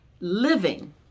living